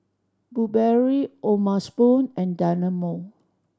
Burberry O'ma Spoon and Dynamo